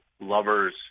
lovers